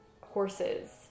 horses